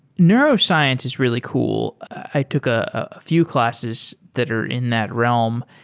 neuroscience is really cool. i took a few classes that are in that realm,